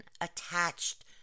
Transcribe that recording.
attached